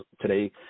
Today